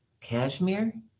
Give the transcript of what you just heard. Cashmere